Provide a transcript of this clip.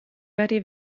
varie